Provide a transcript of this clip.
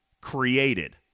created